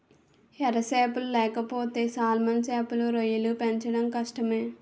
ఎర సేపలు లేకపోతే సాల్మన్ సేపలు, రొయ్యలు పెంచడమే కష్టం